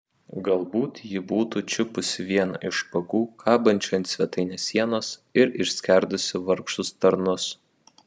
galbūt ji būtų čiupusi vieną iš špagų kabančių ant svetainės sienos ir išskerdusi vargšus tarnus